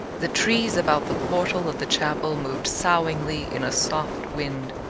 the trees about the portal of the chapel moved soughingly in a soft wind.